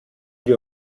wir